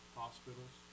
hospitals